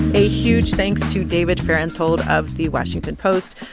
a huge thanks to david fahrenthold of the washington post,